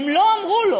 הם לא אמרו לו,